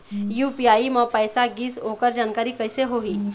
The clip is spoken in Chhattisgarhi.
यू.पी.आई म पैसा गिस ओकर जानकारी कइसे होही?